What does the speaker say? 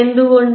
എന്തുകൊണ്ട്